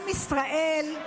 עם ישראל,